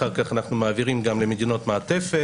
אחר כך אנחנו מעבירים גם למדינות מעטפת.